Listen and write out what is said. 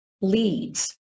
leads